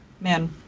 Man